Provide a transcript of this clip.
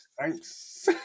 Thanks